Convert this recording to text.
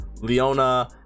leona